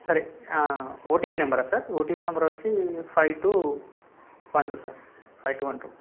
సరే ఓటీపీ నెంబరా sir OTP number వచ్చి five two one two sir five two one two